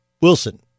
Wilson